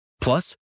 Plus